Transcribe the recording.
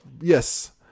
Yes